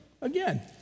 again